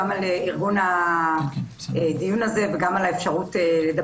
גם על ארגון הדיון הזה וגם על האפשרות לדבר.